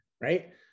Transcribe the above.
right